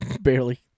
barely